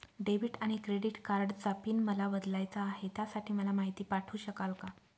Debit आणि credit कार्डचा PIN मला बदलायचा आहे, त्यासाठी मला माहिती पाठवू शकाल का?